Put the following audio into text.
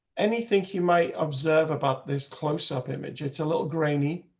anything he might observe about this close up image. it's a little grainy.